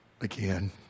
Again